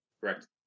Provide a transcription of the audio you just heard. correct